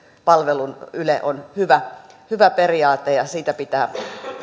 palvelun yle on hyvä periaate ja siitä pitää